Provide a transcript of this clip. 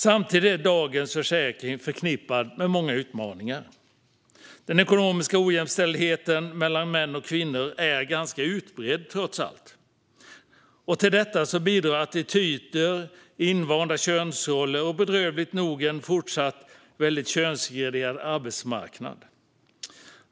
Samtidigt är dagens försäkring förknippad med många utmaningar. Den ekonomiska ojämställdheten mellan män och kvinnor är ganska utbredd, trots allt. Till detta bidrar attityder, invanda könsroller och - bedrövligt nog - en fortfarande väldigt könssegregerad arbetsmarknad.